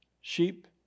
sheep